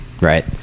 right